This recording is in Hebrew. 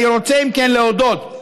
אני רוצה, אם כן, להודות,